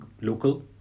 local